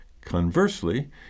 Conversely